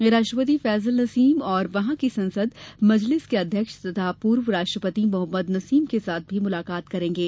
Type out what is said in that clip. वे उपराष्ट्रपति फैजल नसीम और वहां की संसद मजलिस के अध्यक्ष तथा पूर्व राष्ट्रपति मोहम्मद नसीम से भी मुलाकात करेंगे